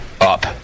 up